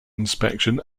inspection